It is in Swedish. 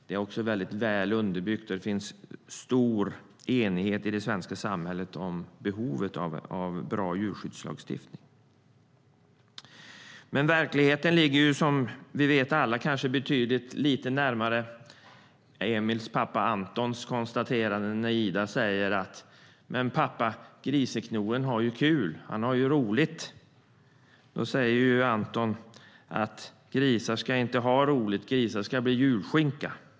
Det är väl underbyggt, och det råder stor enighet i det svenska samhället om behovet av en bra djurskyddslagstiftning. Verkligheten ligger dock, som vi kanske alla vet, betydligt närmare Emils pappa Antons konstaterande när Ida säger: Men pappa, Griseknoen har kul. Han har ju roligt! Då säger Anton: Grisar ska inte ha roligt. Grisar ska bli julskinka!